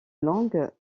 langues